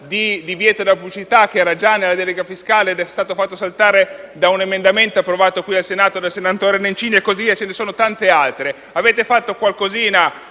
divieto della pubblicità, che era già nella delega fiscale ed è stato fatto saltare da un emendamento, approvato qui al Senato e proposto dal senatore Nencini; ci sono poi tanti altri esempi. Avete fatto qualcosina,